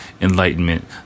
enlightenment